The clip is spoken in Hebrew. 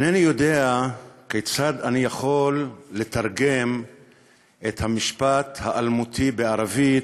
אינני יודע כיצד אני יכול לתרגם את המשפט האלמותי בערבית: